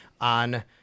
on